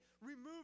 remove